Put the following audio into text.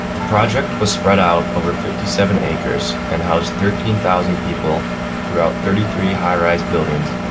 the project was spread out over fifty seven acres and housed thirteen thousand people throughout thirty three high-rise buildings,